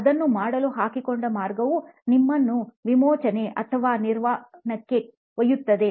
ಅದನ್ನು ಮಾಡಲು ಹಾಕಿಕೊಂಡ ಮಾರ್ಗವು ನಿಮ್ಮನು ವಿಮೋಚನೆ ಅಥವಾ ನಿರ್ವಾಣಕ್ಕೆ ಒಯ್ಯುತ್ತದೆ